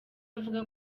avuga